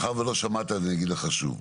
מאחר שלא שמעת אז אני אגיד לך שוב.